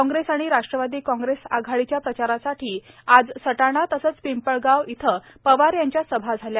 कॉग्रेस आणि राष्ट्रवादी काँग्रेस आघाडीच्या प्रचारासाठी आज सटाणा तसंच पिंपळगाव इथं पवार यांच्या सभा झाल्या